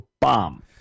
bomb